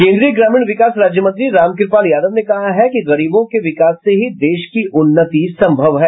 केन्द्रीय ग्रामीण विकास राज्य मंत्री रामकृपाल यादव ने कहा है कि गरीबों के विकास से ही देश की उन्नति संभव है